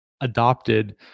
adopted